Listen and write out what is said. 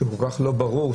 שכל כך לא ברור,